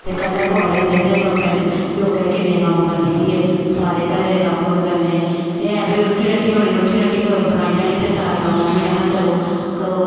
ते पैह्लें कवारें होंदे हे ते अपने प्योकै किन्ने कम्म करदी ही सारे घरै दे कम्म बी करने एह् ऐ भाई रुट्टी रट्टी रुट्टी रट्टी बनाई लैनी ते सारे कम्म मम्मी ने आखना चलो करो